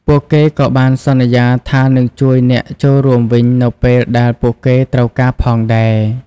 ពួកគេក៏បានសន្យាថានឹងជួយអ្នកចូលរួមវិញនៅពេលដែលពួកគេត្រូវការផងដែរ។